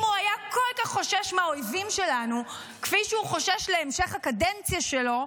אם הוא היה כל כך חושש מהאויבים שלנו כפי שהוא חושש להמשך הקדנציה שלו,